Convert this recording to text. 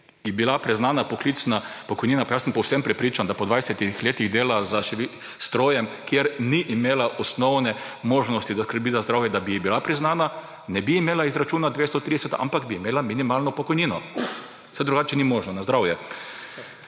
priznana poklicna pokojnina – pa jaz sem povsem prepričan, da bi ji po 20 letih dela za strojem, kjer ni imela osnovne možnosti, da skrbi za zdravje, bila priznana – ne bi imela izračuna 230, ampak bi imela minimalno pokojnino. Saj drugače ni možno. / nekdo